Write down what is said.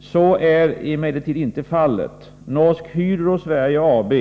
Så är emellertid inte fallet. Norsk Hydro Sverige AB,